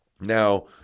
Now